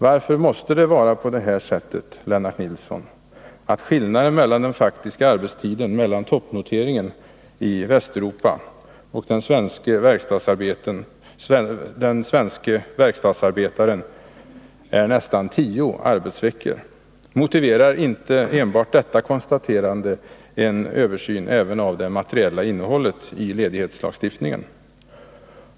Varför måste det vara på det sättet, Lennart Nilsson, att skillnaden i den faktiska arbetstiden mellan toppnoteringen i Västeuropa och den svenske verkstadsarbetaren är nästa tio arbetsveckor? Motiverar inte enbart detta konstaterande en översyn även av det materiella innehållet i ledighetslagstiftningen?